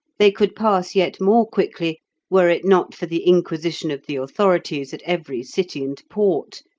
they could pass yet more quickly were it not for the inquisition of the authorities at every city and port,